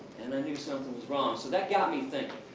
and i knew something was wrong. so that got me thinking.